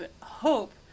hope